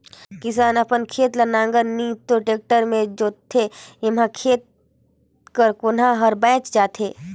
किसान अपन खेत ल नांगर नी तो टेक्टर मे जोतथे एम्हा खेत कर कोनहा हर बाएच जाथे